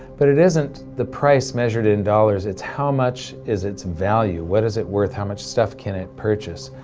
but it isn't the price measured in dollars it's, how much is its value? what is it worth? how much stuff can it purchase?